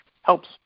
helps